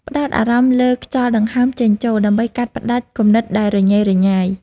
ផ្ដោតអារម្មណ៍លើខ្យល់ដង្ហើមចេញចូល ដើម្បីកាត់ផ្ដាច់គំនិតដែលរញ៉េរញ៉ៃ។